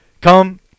come –